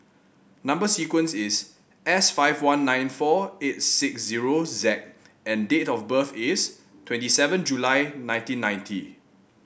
number sequence is S five one nine four eight six zero Z and date of birth is twenty seven July nineteen ninety